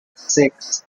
six